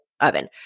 oven